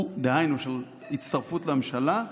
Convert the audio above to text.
דהיינו בעניין הצטרפות לממשלה,